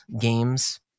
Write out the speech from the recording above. games